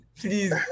please